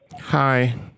Hi